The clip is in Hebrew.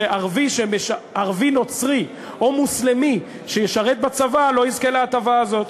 שערבי נוצרי או מוסלמי שישרת בצבא לא יזכה להטבה הזאת.